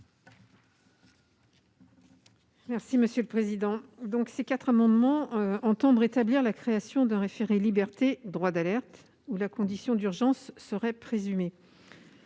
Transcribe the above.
de la commission ? Ces quatre amendements tendent à rétablir la création d'un référé-liberté « droit d'alerte », où la condition d'urgence serait présumée.